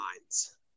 minds